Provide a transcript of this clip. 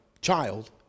child